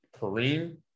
Kareem